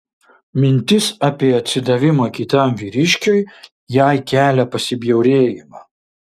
mintis apie atsidavimą kitam vyriškiui jai kelia pasibjaurėjimą